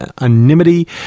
anonymity